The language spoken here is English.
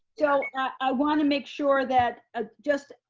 so i want to make sure that ah just,